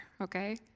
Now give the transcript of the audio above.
okay